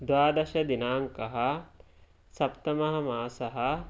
द्वादशदिनाङ्कः सप्तममासः